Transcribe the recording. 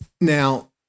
Now